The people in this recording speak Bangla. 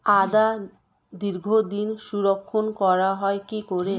আদা দীর্ঘদিন সংরক্ষণ করা হয় কি করে?